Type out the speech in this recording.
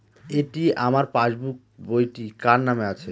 এটি আমার পাসবুক বইটি কার নামে আছে?